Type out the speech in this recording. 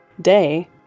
day